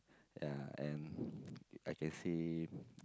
ya and I can say